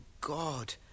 god